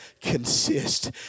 consist